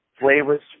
flavors